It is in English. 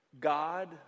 God